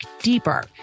deeper